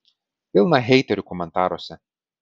pilna heiterių komentaruose